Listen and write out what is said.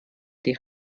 die